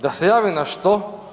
Da se jave na što?